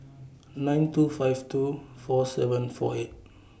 nine two five two four seven four eight